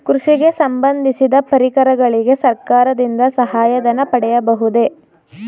ಕೃಷಿಗೆ ಸಂಬಂದಿಸಿದ ಪರಿಕರಗಳಿಗೆ ಸರ್ಕಾರದಿಂದ ಸಹಾಯ ಧನ ಪಡೆಯಬಹುದೇ?